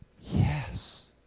Yes